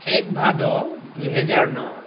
এক ভাদ দুহেজাৰ ন